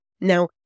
Now